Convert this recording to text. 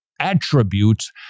attributes